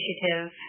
initiative